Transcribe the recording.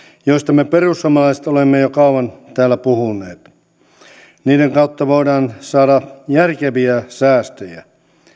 joista me perussuomalaiset olemme jo kauan täällä puhuneet niiden kautta voidaan saada järkeviä säästöjä